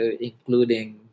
including